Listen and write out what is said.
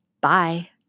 bye